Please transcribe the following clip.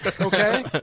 okay